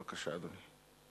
בבקשה, אדוני.